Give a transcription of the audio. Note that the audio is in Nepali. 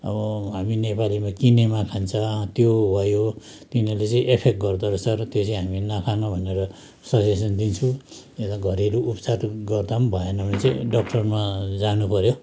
अब हामी नेपालीमा किनेमा खान्छ त्यो भयो तिनीहरूले चाहिँ एफेक्ट गर्दोरहेछ र त्यो चाहिँ हामी नखानु भनेर सजेसन दिन्छु र यता घरेलु उपचार गर्दा पनि भएन भने चाहिँ डक्टरमा जानु पऱ्यो